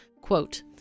Quote